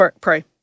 pray